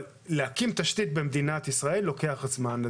להקים תשתית במדינת ישראל לוקח זמן.